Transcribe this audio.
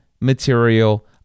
material